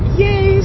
yay